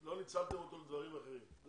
לא ניצלתם אותו לדברים אחרים?